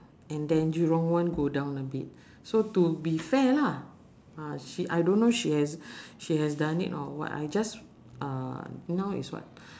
and then jurong one go down a bit so to be fair lah ah she I don't know she has she has done it or what I just uh now is what